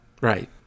Right